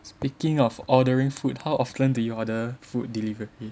speaking of ordering food how often do you order food delivery